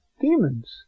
demons